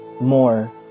more